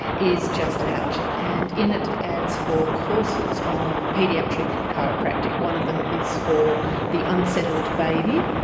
is just out. and in it, ads for courses on paediatric chiropractic, one of them is for the unsettled baby,